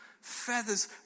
feathers